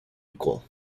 equal